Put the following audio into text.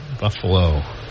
Buffalo